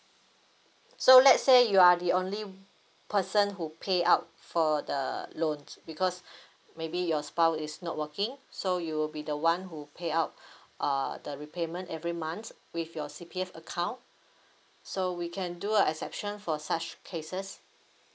so let's say you are the only person who pay out for the loans because maybe your spouse is not working so you will be the one who payout err the repayment every month with your C_P_F account so we can do a exception for such cases